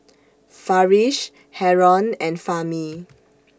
Farish Haron and Fahmi